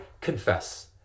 confess